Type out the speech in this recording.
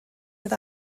oedd